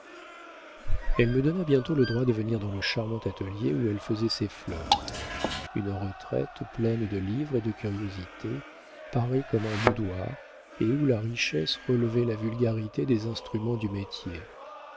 elle me donna bientôt le droit de venir dans le charmant atelier où elle faisait ses fleurs une retraite pleine de livres et de curiosités parée comme un boudoir et où la richesse relevait la vulgarité des instruments du métier